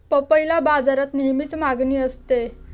पपईला बाजारात नेहमीच मागणी असते